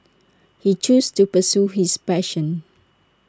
he chose to pursue his passion